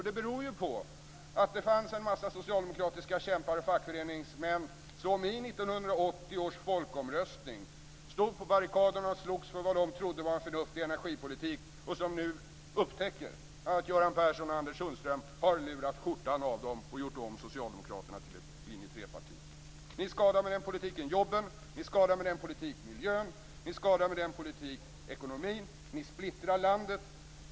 Det beror på att det fanns en massa socialdemokratiska kämpar och fackföreningsmän som i 1980 års folkomröstning stod på barrikaderna och slogs för vad de trodde var en förnuftig energipolitik och som nu upptäcker att Göran Persson och Anders Sundström har lurat skjortan av dem och gjort om Socialdemokraterna till ett linje 3 Ni skadar med den politiken jobben. Ni skadar med den politiken miljön. Ni skadar med den politiken ekonomin. Ni splittrar landet.